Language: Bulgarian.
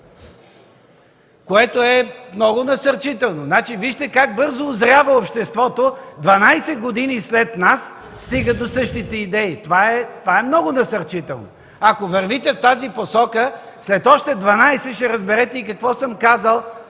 което е много насърчително. Значи вижте как бързо узрява обществото – 12 години след нас стига до същите идеи. Това е много насърчително. Ако вървите в тази посока, след още 12 ще разберете и какво съм казал